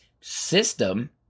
system